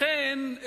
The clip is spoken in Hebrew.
לכן,